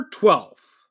twelfth